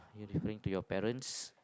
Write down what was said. referring to your parents